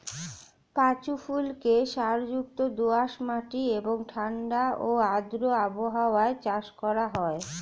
পাঁচু ফুলকে সারযুক্ত দোআঁশ মাটি এবং ঠাণ্ডা ও আর্দ্র আবহাওয়ায় চাষ করা হয়